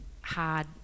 hard